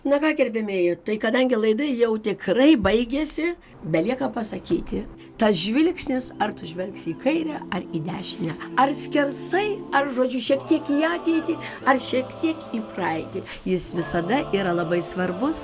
na ką gerbiamieji tai kadangi laida jau tikrai baigėsi belieka pasakyti tas žvilgsnis ar tu žvelgsi į kairę ar į dešinę ar skersai ar žodžiu šiek tiek į ateitį ar šiek tiek į praeitį jis visada yra labai svarbus